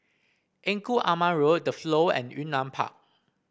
Engku Aman Road The Flow and Yunnan Park